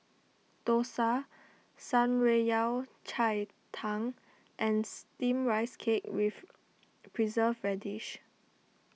Dosa Shan Rui Yao Cai Tang and Steamed Rice Cake with Preserved Radish